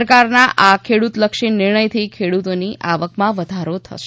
સરકારના આ ખેડૂતલક્ષી નિર્ણયથી ખેડૂતોની આવકમાં વધારો થશે